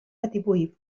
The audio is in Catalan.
batibull